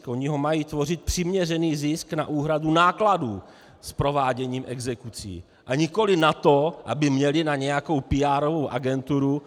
Oni mají tvořit přiměřený zisk na úhradu nákladů s prováděním exekucí, a nikoli na to, aby měli na nějakou PR agenturu.